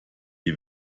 die